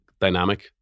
dynamic